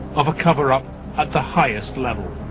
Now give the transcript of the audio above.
of a cover up at the highest level.